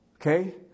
Okay